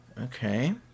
Okay